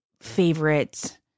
favorite